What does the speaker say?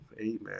Amen